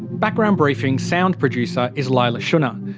background briefing's sound producer is leila shunnar.